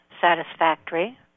satisfactory